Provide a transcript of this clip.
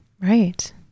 Right